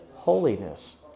holiness